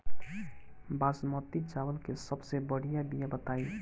बासमती चावल के सबसे बढ़िया बिया बताई?